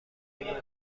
بهترین